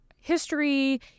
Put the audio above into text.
history